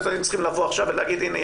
היו צריכים לבוא עכשיו ולהגיד 'הנה,